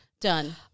Done